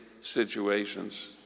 situations